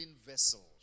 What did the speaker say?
vessels